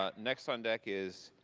ah next on deck is,